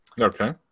Okay